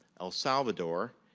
el salvador,